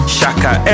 Shaka